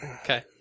Okay